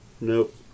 Nope